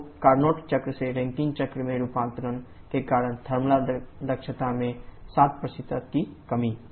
तो कारनोट चक्र से रैंकिन चक्र में रूपांतरण के कारण थर्मल दक्षता में 7 की कमी